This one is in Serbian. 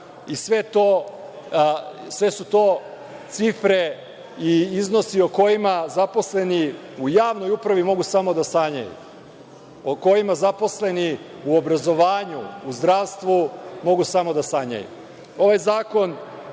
Sve su to cifre i iznosi o kojima zaposleni u javnoj upravi mogu samo da sanjaju, o kojima zaposleni u obrazovanju, u zdravstvu, mogu samo da sanjaju. Ovaj